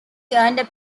earned